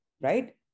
right